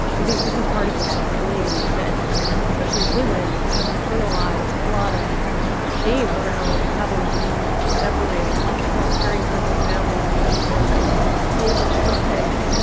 i think this is part of the self-blame that especially women have internalized a lot of shame around having to separate their caring for their families and their labor in the workplace.